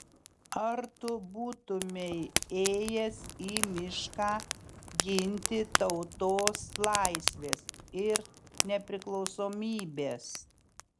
ar tu būtumei ėjęs į mišką ginti tautos laisvės ir nepriklausomybės